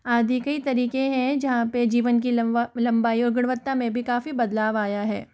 आदि कई तरीके हैं जहाँ पर जीवन की लम्बाई और गुणवत्ता में भी काफ़ी बदलाव आया है